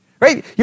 right